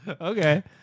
Okay